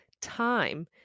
time